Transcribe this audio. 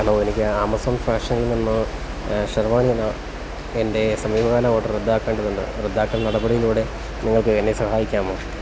hello എനിക്ക് Amazon ഫാഷനിൽ നിന്ന് ഷെർവാണി എന്ന എന്റെ സമീപകാല ഓഡർ റദ്ദാക്കേണ്ടതുണ്ട് റദ്ദാക്കൽ നടപടികളിലൂടെ നിങ്ങൾക്ക് എന്നെ സഹായിക്കാമോ